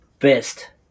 best